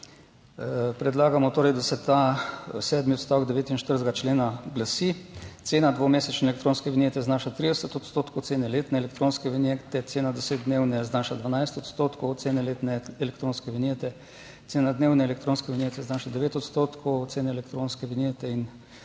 Predlagamo torej, da se ta sedmi odstavek 49. člena glasi: "Cena dvomesečne elektronske vinjete znaša 30 odstotkov cene letne elektronske vinjete, cena desetdnevne znaša 12 odstotkov cene letne elektronske vinjete, cena dnevne elektronske vinjete znaša 9 odstotkov cene elektronske vinjete in